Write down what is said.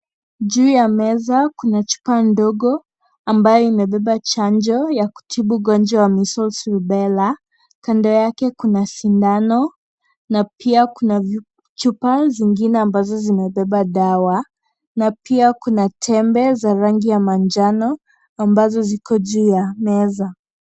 Juu ya meza kuna chupa ndogo ambayo imebeba chanjo ya kutibu ugonjwa wa Measles Rubella. Kando yake kuna sindano na pia kuna chupa zingine ambazo zimebeba dawa na pia kuna tembe za rangi ya manjano ambazo ziko juu ya meza.